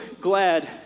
glad